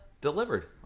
delivered